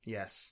Yes